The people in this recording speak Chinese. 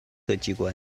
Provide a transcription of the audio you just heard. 机关